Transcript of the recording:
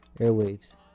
airwaves